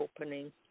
opening